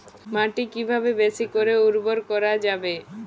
মাটি কিভাবে বেশী করে উর্বর করা যাবে?